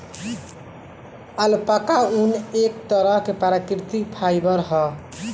alpaca ऊन, एक तरह के प्राकृतिक फाइबर ह